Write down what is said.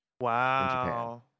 Wow